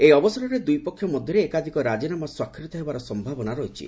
ଏହି ଅବସରରେ ଦୁଇ ପକ୍ଷ ମଧ୍ୟରେ ଏକାଧିକ ରାଜିନାମା ସ୍ୱାକ୍ଷରିତ ହେବାର ସମ୍ଭାବନା ରହିଛି